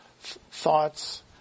thoughts